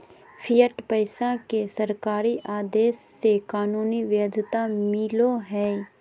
fiat पैसा के सरकारी आदेश से कानूनी वैध्यता मिलो हय